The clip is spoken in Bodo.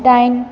दाइन